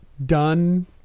done